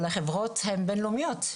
אבל החברות הן בין לאומיות,